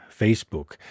Facebook